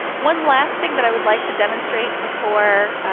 one last thing that i would like to demonstrate before, ah,